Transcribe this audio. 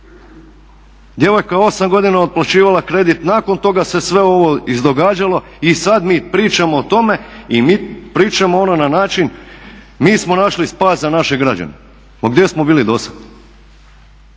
Djevojka 8 godina otplaćivala kredit, nakon toga se sve ovo izdogađalo i sada mi pričamo o tome i pričamo na način mi smo našli spas za naše građene. Ma gdje smo bili do sada?